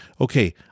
okay